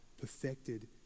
perfected